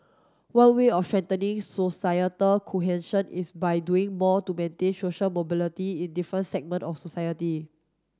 one way of strengthening societal is by doing more to maintain social mobility in different segment of society